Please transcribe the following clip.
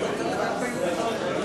לא נתקבלה.